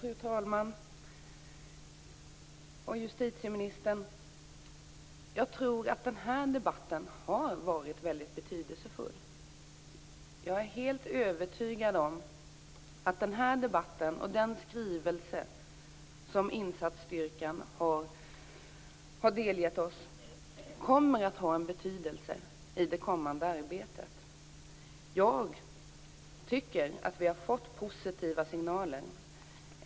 Fru talman! Justitieministern! Jag tror att den här debatten har varit väldigt betydelsefull. Jag är helt övertygad om att den här debatten och den skrivelse som insatsstyrkan har delgett oss kommer att ha betydelse i det kommande arbetet. Jag tycker att vi har fått positiva signaler.